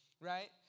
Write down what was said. right